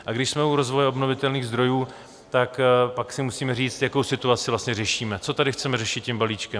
A když jsme u rozvoje obnovitelných zdrojů, tak si musíme říct, jakou situaci vlastně řešíme, co tady chceme řešit tím balíčkem.